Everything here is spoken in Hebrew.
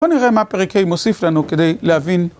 בואו נראה מה פרק ה' מוסיף לנו כדי להבין.